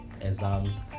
exams